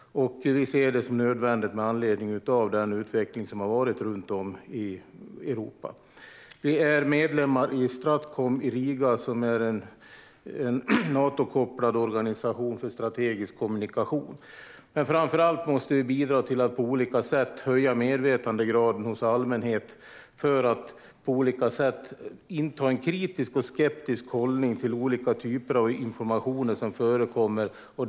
Vi ser det som nödvändigt med anledning av den utveckling som har skett runt om i Europa. Vi är medlemmar i Stratcom i Riga, som är en Natokopplad organisation för strategisk kommunikation. Framför allt måste vi dock bidra till att på olika sätt höja medvetandegraden hos allmänheten så att människor intar en kritisk och skeptisk hållning till olika typer av information som förekommer.